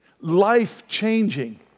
life-changing